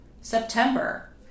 September